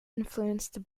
influenced